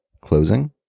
closing